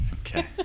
Okay